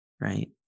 right